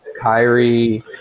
Kyrie